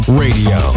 radio